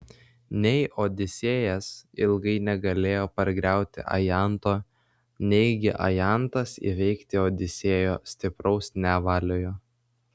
nei odisėjas ilgai negalėjo pargriauti ajanto neigi ajantas įveikti odisėjo stipraus nevaliojo